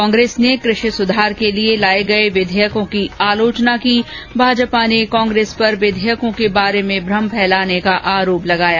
कांग्रेस ने कृषि सुधार के लिए लाए गये विधेयकों की आलोचना की भाजपा ने कांग्रेस पर विधेयकों के बारे में भ्रम फैलाने का आरोप लगाया